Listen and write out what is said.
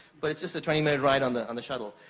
but it's just a twenty minute ride on the on the shuttle.